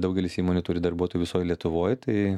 daugelis įmonių turi darbuotojų visoj lietuvoj tai